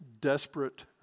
desperate